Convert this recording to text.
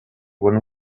when